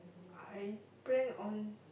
I prank on